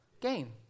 Gain